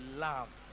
love